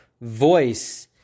voice